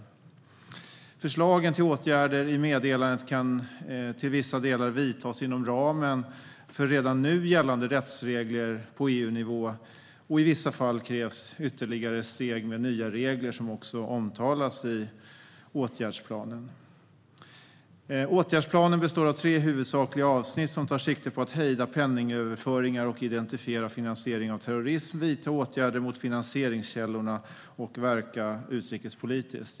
De åtgärder som föreslås i meddelandet kan till vissa delar vidtas inom ramen för redan nu gällande rättsregler på EU-nivå. I vissa fall krävs ytterligare steg med nya regler, som också omtalas i åtgärdsplanen. Åtgärdsplanen består av tre huvudsakliga avsnitt som tar sikte på att hejda penningöverföringar och identifiera finansiering av terrorism, vidta åtgärder mot finansieringskällorna och verka utrikespolitiskt.